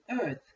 earth